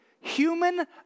Human